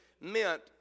meant